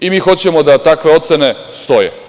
Mi hoćemo da takve ocene stoje.